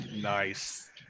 nice